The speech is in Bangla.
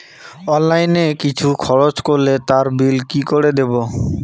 অনলাইন কিছু খরচ করলে তার বিল কি করে দেবো?